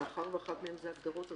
נכון, ואחד מהם זה הגדרות.